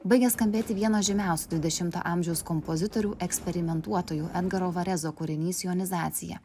baigia skambėti vieno žymiausių dvidešimto amžiaus kompozitorių eksperimentuotojų edgaro varezo kūrinys jonizacija